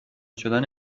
شدن